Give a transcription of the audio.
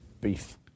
Beef